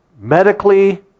medically